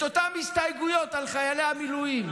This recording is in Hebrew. את אותן הסתייגויות על חיילי המילואים.